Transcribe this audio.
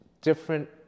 different